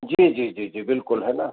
जी जी जी जी बिल्कुल है ना